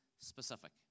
specific